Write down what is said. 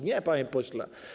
Nie, panie pośle.